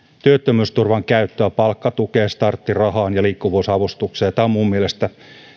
työttömyysturvan käyttöä palkkatukeen starttirahaan ja liikkuvuusavustukseen